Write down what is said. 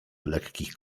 lekkich